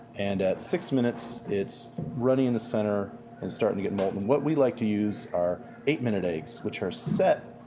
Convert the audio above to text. and at six minutes, it's runny in the center and starting to get molten. what we like to use are eight minute eggs, which are set,